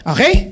Okay